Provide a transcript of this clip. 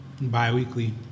Bi-weekly